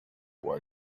while